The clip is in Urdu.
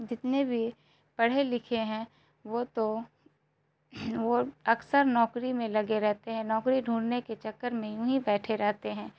جتنے بھی پڑھے لکھے ہیں وہ تو وہ اکثر نوکری میں لگے رہتے ہیں نوکری ڈھونڈھنے کے چکر میں یونہی بیٹھے رہتے ہیں